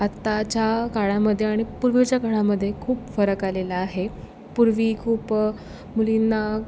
आत्ताच्या काळामध्ये आणि पूर्वीच्या काळामध्ये खूप फरक आलेला आहे पूर्वी खूप मुलींना